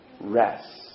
Rest